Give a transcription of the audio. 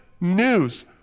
news